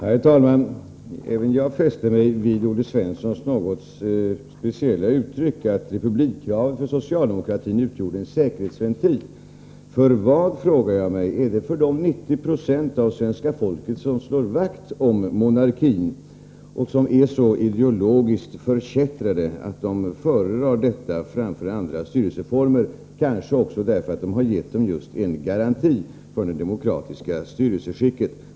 Herr talman! Även jag fäste mig vid Olle Svenssons något speciella uttryck, att republikkravet för socialdemokratin utgjorde en säkerhetsventil. För vad? frågar jag mig. Är det för de 90 96 av svenska folket som slår vakt om monarkin och som är så ideologiskt förkättrade att de föredrar denna framför andra styrelseformer — kanske också därför att den har gett dem en garanti för det demokratiska styrelseskicket?